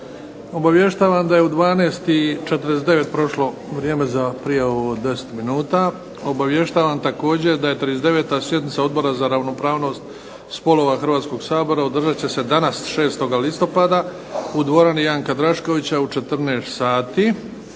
Obavještavam da je u 12,49 prošlo vrijeme za prijavu 10 minuta. Obavještavam također da 39. sjednica Odbora za ravnopravnost spolova Hrvatskoga sabora održat će se danas, 6. listopada, u dvorani Janka Draškovića u 14 sati.